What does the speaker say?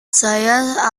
saya